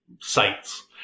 sites